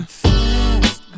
fast